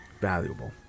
Valuable